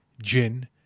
gin